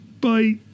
bye